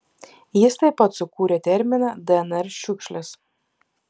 jis taip pat sukūrė terminą dnr šiukšlės